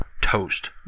toast